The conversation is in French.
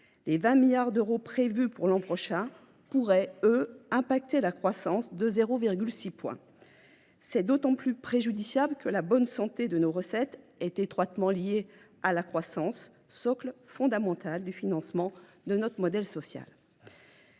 Les 20 milliards d’euros prévus pour l’an prochain pourraient, eux, impacter la croissance de 0,6 point. Cela est d’autant plus préjudiciable que la bonne santé de nos recettes est étroitement liée à la croissance, socle fondamental du financement de notre modèle social.